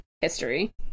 history